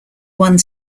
one